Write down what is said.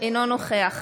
אינו נוכח